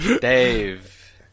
dave